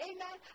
Amen